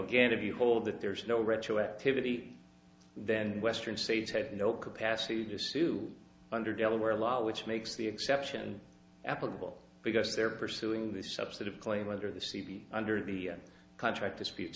again if you hold that there's no retroactivity then western states have no capacity to sue under delaware law which makes the exception applicable because they're pursuing the subset of claim under the c v under the contract disputes